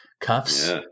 Cuffs